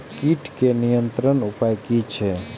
कीटके नियंत्रण उपाय कि छै?